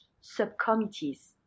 subcommittees